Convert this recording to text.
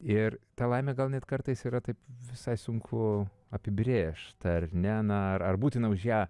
ir ta laimę gal net kartais yra taip visai sunku apibrėžt ar ne na ar būtina už ją